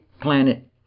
planet